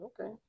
okay